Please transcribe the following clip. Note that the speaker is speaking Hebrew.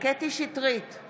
קטי קטרין שטרית,